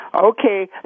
okay